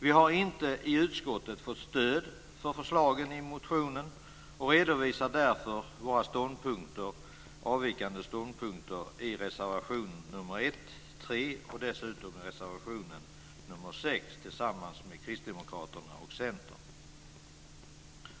Vi har inte i utskottet fått stöd för förslagen i motionen och redovisar därför våra avvikande ståndpunkter i reservationerna 1 och 3, och dessutom i reservationen 6 tillsammans med Kristdemokraterna och Centern.